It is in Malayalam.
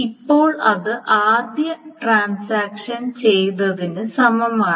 അപ്പോൾ അത് ആദ്യ ഇടപാട് ചെയ്തതിന് സമാനമാണ്